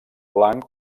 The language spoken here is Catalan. blanc